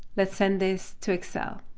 let's send this to excel.